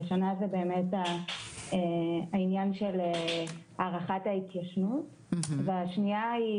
הראשונה היא בעניין הארכת ההתיישנות והשנייה היא